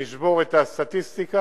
נשבור את הסטטיסטיקה,